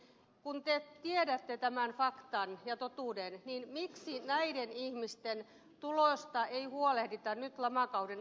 kun te tiedätte tämän faktan ja totuuden niin miksi näiden ihmisten tuloista ei huolehdita nyt lamakauden aikana